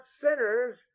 sinners